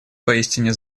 поистине